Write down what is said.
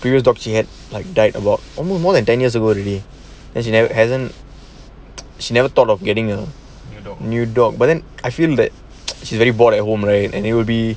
previous dog she had like died about almost more than ten years ago already then she never hasn't she never thought of getting a new dog but then I feel that she's very bored at home right and it will be